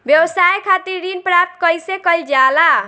व्यवसाय खातिर ऋण प्राप्त कइसे कइल जाला?